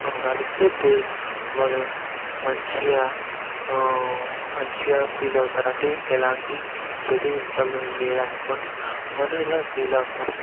ఇంటిముంగల కాలిస్తే దే వాళ్ళు మంచిగ మంచిగ ఫీల్ అవుతారు అంటే ఎలాంటి చెడు ఇంట్లలో లేదనుకుని వాళ్ళు ఇలా ఫీల్ అవుతారు